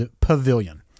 Pavilion